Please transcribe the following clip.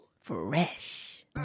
Fresh